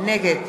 נגד